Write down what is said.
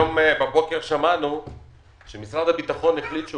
הבוקר שמענו שמשרד הביטחון החליט שהוא